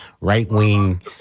right-wing